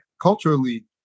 culturally